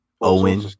Owen